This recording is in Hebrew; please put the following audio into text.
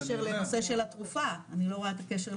זה של התרופה, אני לא רואה את הקשר.